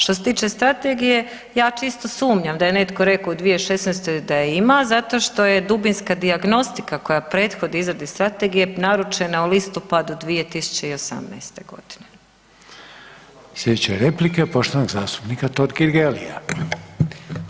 Što se tiče strategije, ja čisto sumnjam da je netko rekao u 2016. da je ima zato što je dubinska dijagnostika koja prethodi izradi strategije naručena u listopadu 2018.g.